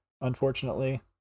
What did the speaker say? unfortunately